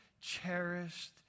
cherished